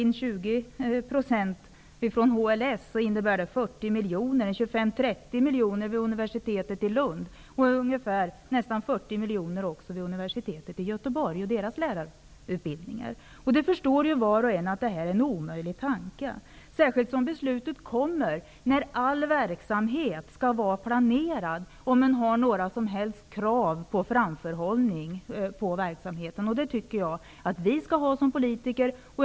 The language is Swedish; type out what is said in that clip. En neddragning med 20 % skulle motsvara Universitetet i Lund och nästan 40 miljoner beträffande Universitetet i Göteborg och lärarutbildningarna där. Var och en förstår att det här är en omöjlig tanke, särskilt som beslutet kommer när all verksamhet skall vara planerad -- om det nu finns några som helst krav på framförhållning i verksamheten, och en sådan tycker jag att vi politiker skall ha.